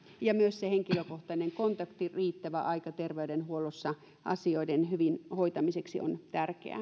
myös henkilökohtainen kontakti ja riittävä aika terveydenhuollossa asioiden hyvin hoitamiseksi on tärkeää